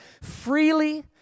freely